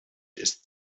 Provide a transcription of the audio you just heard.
ist